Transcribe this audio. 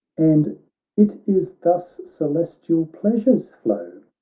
and it is thus celestial pleasures flow?